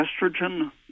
Estrogen